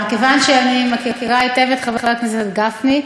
מכיוון שאני מכירה היטב את חבר הכנסת גפני,